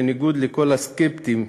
בניגוד לכל הסקפטים,